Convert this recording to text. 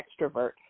extrovert